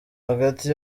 hagati